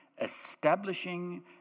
establishing